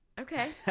Okay